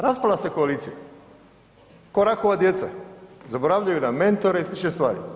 Raspala se koalicija ko rakova djeca, zaboravljaju na mentore i slične stvari.